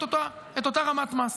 את אותה רמת מס.